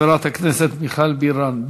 חברת הכנסת מיכל בירן.